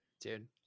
Dude